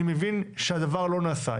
אני מבין שהדבר לא נעשה.